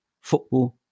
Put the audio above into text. Football